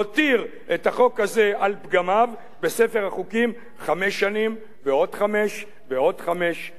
הזה על פגמיו בספר החוקים חמש שנים ועוד חמש ועוד חמש ועוד חמש.